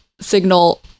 signal